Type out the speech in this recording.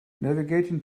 navigating